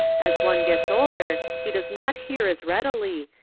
as one gets older he does not hear as readily,